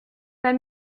leurs